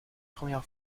première